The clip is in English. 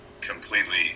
completely